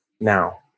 now